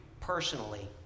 personally